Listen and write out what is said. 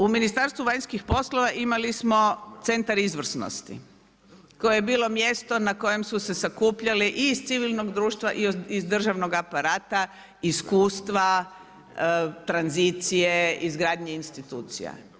U Ministarstvu vanjskih poslova imali smo centar izvrsnosti koji je bilo mjesto na kojem su se sakupljali i iz civilnog društva i državnoga aparata iskustva tranzicije, izgradnje institucija.